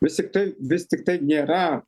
vis tiktai vis tiktai nėra